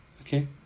okay